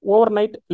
Overnight